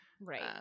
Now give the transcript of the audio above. Right